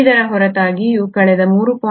ಇದರ ಹೊರತಾಗಿಯೂ ಕಳೆದ 3